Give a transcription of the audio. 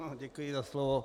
Ano, děkuji za slovo.